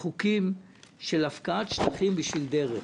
חוקים של הפקעת שטחים בשביל דרך.